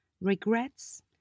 regrets